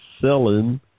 selling